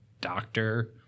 doctor